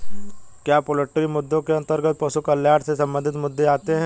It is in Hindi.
क्या पोल्ट्री मुद्दों के अंतर्गत पशु कल्याण से संबंधित मुद्दे आते हैं?